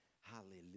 Hallelujah